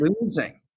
losing